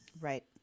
right